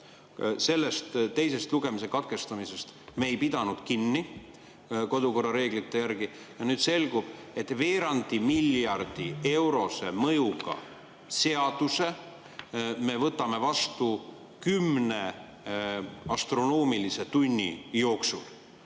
Sellest teise lugemise katkestamise reeglist me ei pidanud kinni ja nüüd selgub, et veerand miljardi eurose mõjuga seaduse me võtame vastu kümne astronoomilise tunni jooksul.